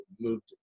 moved